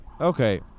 Okay